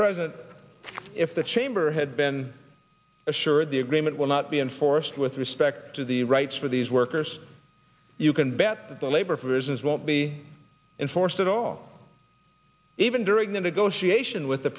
president if the chamber had been assured the agreement will not be enforced with respect to the rights for these workers you can bet that the labor for business won't be enforced at all even during the negotiation with the